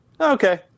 okay